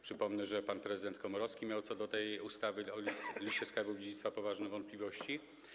Przypomnę, że pan prezydent Komorowski miał co do tej ustawy o Liście Skarbów Dziedzictwa poważne wątpliwości.